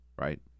right